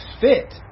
fit